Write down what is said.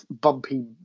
bumpy